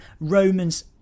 Romans